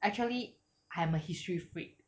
actually I'm a history freak